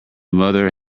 mother